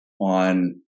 on